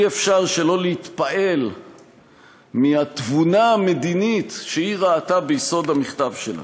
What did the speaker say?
אי-אפשר שלא להתפעל מהתבונה המדינית שהיא ראתה ביסוד המכתב שלה.